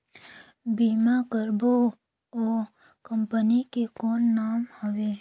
बीमा करबो ओ कंपनी के कौन नाम हवे?